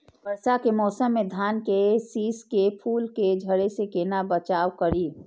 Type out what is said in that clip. वर्षा के मौसम में धान के शिश के फुल के झड़े से केना बचाव करी?